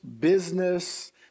business